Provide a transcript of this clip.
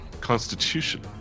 Constitution